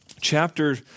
Chapter